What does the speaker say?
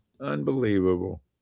unbelievable